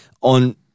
On